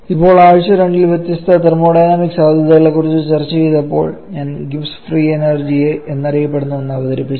ഇപ്പോൾ ആഴ്ച 2 ൽ വ്യത്യസ്ത തെർമോഡൈനാമിക്സ് സാധ്യതകളെക്കുറിച്ച് ചർച്ച ചെയ്തപ്പോൾ ഞാൻ ഗിബ്സ് ഫ്രീ എനർജി എന്നറിയപ്പെടുന്ന ഒന്ന് അവതരിപ്പിച്ചു